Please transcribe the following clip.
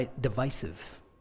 divisive